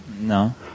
No